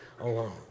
alone